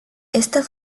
esta